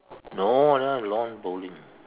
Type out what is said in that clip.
no lah lawn bowling